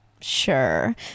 Sure